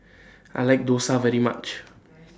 I like Dosa very much